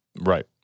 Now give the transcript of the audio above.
right